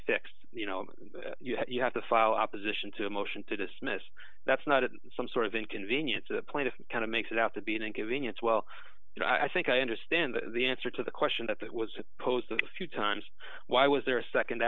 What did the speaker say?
fixed you know you have to file opposition to a motion to dismiss that's not some sort of inconvenient to the plaintiff kind of makes it out to be an inconvenience well i think i understand the answer to the question that that was posed a few times why was there a